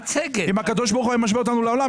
אם הקדוש ברוך הוא היה משווה אותנו לעולם,